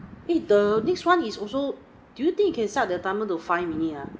eh the this [one] is also do you think you can start the timer to five minute ah